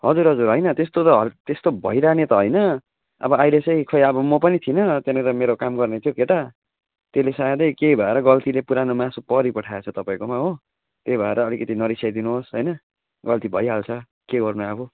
हजुर हजुर होइन त्यस्तो त त्यस्तो भइरहने त होइन अब अहिले चाहिँ खै अब म पनि थिइन त्यहाँनिर मेरो काम गर्ने थियो केटा त्यसलो सायदै के भएर गल्तीले पुरानो मासु परिपठाएछ तपाईँकोमा हो त्यही भएर अलिकति नरिसाइदिनुहोस् होइन गल्ती भइहाल्छ के गर्नु अब